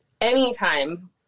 anytime